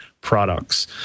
products